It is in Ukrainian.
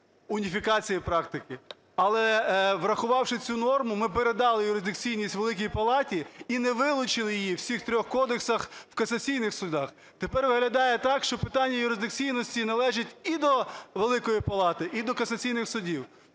уніфікації практики. Але, врахувавши цю норму, ми передали юристдикційність Великій Палаті, і не вилучили її у всіх трьох кодексах в касаційних судах. Тепер виглядає так, що питання юристдикційності належить і до Великої Палати, і до касаційних судів.